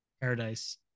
Paradise